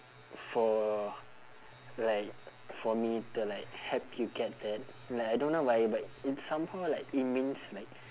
for like for me to like help you get that like I don't know why but it's somehow like it means like